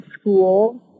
school